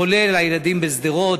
כולל לילדים בשדרות,